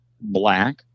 black